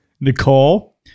Nicole